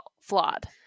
flawed